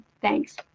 thanks